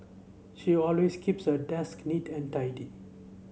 she always keeps her desk neat and tidy